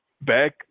back